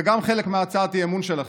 גם זה חלק מהצעת האי-אמון שלכם.